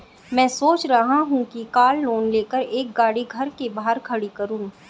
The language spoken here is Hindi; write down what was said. मैं सोच रहा हूँ कि कार लोन लेकर एक गाड़ी घर के बाहर खड़ी करूँ